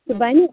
تہِ بَنہِ